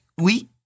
oui